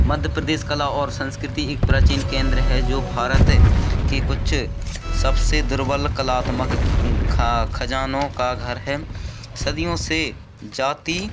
मध्य प्रदेश कला और संस्कृती एक प्राचीन केंद्र है जो भारत की कुछ सबसे दुर्बल कलात्मक खा खजानों का घर हैं सदियों से जाती